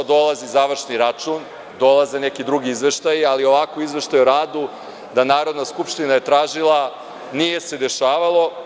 Dolazi završni račun, dolaze neki drugi izveštaji, ali ovakav izveštaj o radu da je Narodna skupština tražila nije se dešavalo.